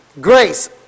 Grace